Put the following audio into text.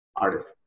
artist